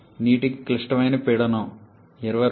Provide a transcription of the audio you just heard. నీటికి క్లిష్టమైన పీడనం 22